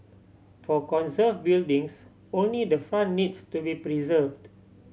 for conserve buildings only the front needs to be preserved